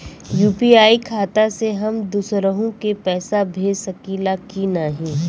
UPI खाता से हम दुसरहु के पैसा भेज सकीला की ना?